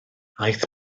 aeth